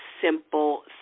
simple